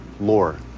lore